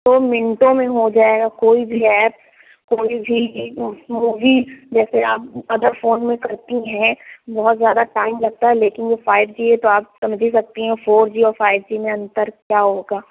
تو منٹوں میں ہو جائے گا کوئی بھی ایپ کوئی بھی مووی جیسے آپ ادر فون میں کرتی ہیں بہت زیادہ ٹائم لگتا ہے لیکن یہ فائیو جی ہے تو آپ سمجھ ہی سکتی ہیں فور جی اور فائیو جی میں انتر کیا ہوگا